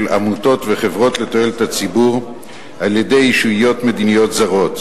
עמותות וחברות לתועלת הציבור על-ידי ישויות מדיניות זרות.